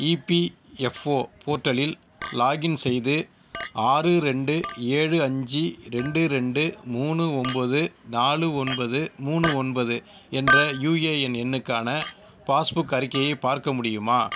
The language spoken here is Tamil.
இபிஎஃப்ஓ போரட்டலில் லாகின் செய்து ஆறு ரெண்டு ஏழு அஞ்சு ரெண்டு ரெண்டு மூணு ஒன்போது நாலு ஒன்பது மூணு ஒன்பது என்ற யூஎஎன் எண்ணுக்கான பாஸ்புக் அறிக்கையை பார்க்க முடியுமா